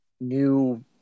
new